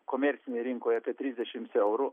komercinėj rinkoj apie trisdešims eurų